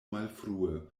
malfrue